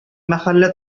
мәхәллә